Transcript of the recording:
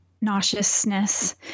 nauseousness